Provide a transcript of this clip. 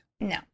No